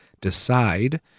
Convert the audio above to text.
decide